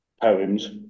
poems